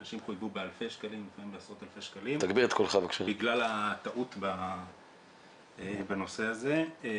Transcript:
אנשים חויבו בעשרות אלפי שקלים בגלל הטעות בנושא הזה.